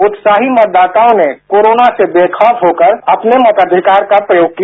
उत्साही मतदाताओं ने कोरोना से बेखौफ होकर अपने मताधिकार का प्रयोग किया